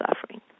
suffering